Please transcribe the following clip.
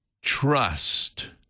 trust